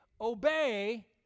obey